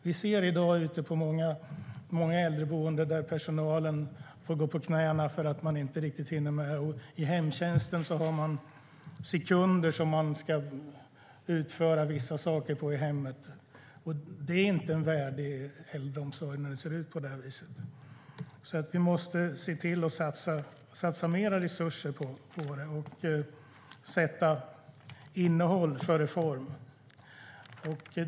Vi ser i dag att personalen får gå på knäna ute på många äldreboenden därför att de inte riktigt hinner med, och i hemtjänsten ska vissa saker i hemmet utföras på sekunder. Det är inte en värdig äldreomsorg när det ser ut på det viset. Vi måste alltså se till att satsa mer resurser på det och sätta innehåll före form.